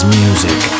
music